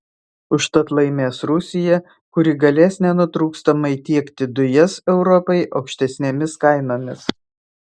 užtat laimės rusija kuri galės nenutrūkstamai tiekti dujas europai aukštesnėmis kainomis